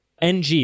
NG